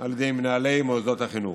על ידי מנהלי מוסדות החינוך.